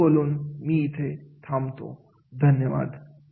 एवढं बोलून मी इथे थांबतो धन्यवाद